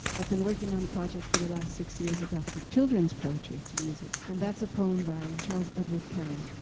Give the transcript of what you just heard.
i've been working on a project for the last six years adapting children's poetry to music. and that's a poem by charles edward carryl,